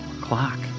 Clock